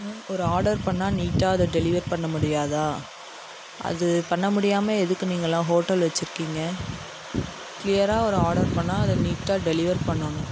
ம் ஒரு ஆடர் பண்ணால் நீட்டாக அதை டெலிவர் பண்ண முடியாதா அது பண்ண முடியாமல் எதுக்கு நீங்களெலாம் ஹோட்டல் வச்சிருக்கீங்க க்ளியராக ஒரு ஆடர் பண்ணால் அதை நீட்டாக டெலிவர் பண்ணணும்